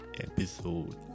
episode